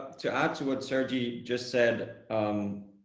to add to what sergi just said, um,